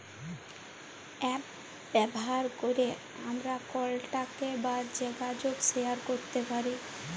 app ব্যাভার ক্যরে আমরা কলটাক বা জ্যগাজগ শেয়ার ক্যরতে পারি